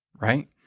Right